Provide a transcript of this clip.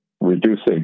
reducing